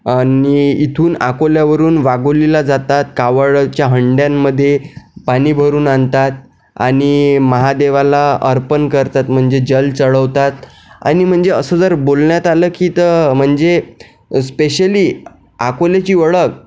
आणि इथून अकोल्यावरून वाघोलीला जातात कावडच्या हंड्यांमधे पाणी भरून आणतात आणि महादेवाला अर्पण करतात म्हणजे जल चढवतात आणि म्हणजे असं जर बोलण्यात आलं की तर म्हणजे स्पेशली अकोल्याची ओळख